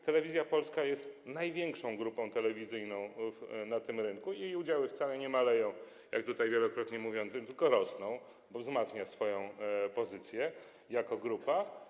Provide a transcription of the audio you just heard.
Telewizja Polska jest największą grupą telewizyjną na tym rynku i jej udziały wcale nie maleją, jak tutaj wielokrotnie mówiono, tylko rosną, bo wzmacnia swoją pozycję jako grupa.